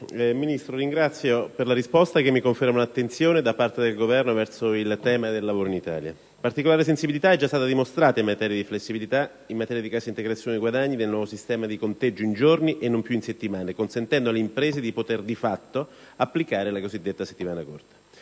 Ministro, la ringrazio per la risposta, che mi conferma che vi è da parte del Governo un'attenzione verso il tema del lavoro in Italia. Particolare sensibilità è già stata dimostrata in materia di flessibilità, di cassa integrazione guadagni, nel nuovo sistema di conteggio in giorni e non più in settimane, consentendo alle imprese di poter di fatto applicare la cosiddetta settimana corta.